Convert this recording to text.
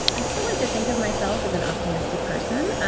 i still like to think of myself as an optimistic person. ah